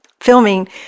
filming